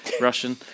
Russian